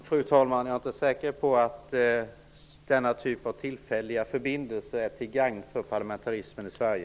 Fru talman! Jag är inte säker på att den typen av tillfälliga förbindelser är till gagn för parlamentarismen i Sverige.